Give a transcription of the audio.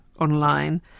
online